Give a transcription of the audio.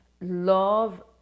love